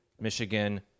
Michigan